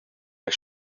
las